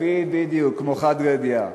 בדיוק, כמו "חד גדיא".